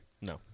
No